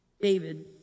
David